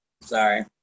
Sorry